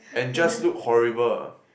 and just look horrible